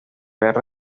guerra